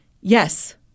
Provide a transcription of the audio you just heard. Yes